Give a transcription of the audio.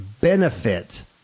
benefit